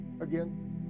again